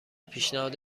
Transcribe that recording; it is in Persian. پیشنهاد